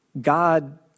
God